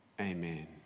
amen